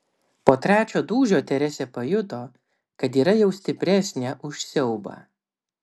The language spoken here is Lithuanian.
po trečio dūžio teresė pajuto kad yra jau stipresnė už siaubą